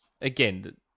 Again